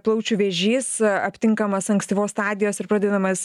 plaučių vėžys aptinkamas ankstyvos stadijos ir pradedamas